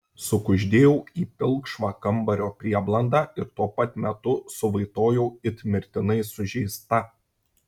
sukuždėjau į pilkšvą kambario prieblandą ir tuo pat metu suvaitojau it mirtinai sužeista